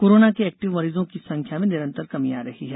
corona के active मरीजों की संख्या में निरंतर कमी आ रही है